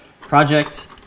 project